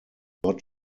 not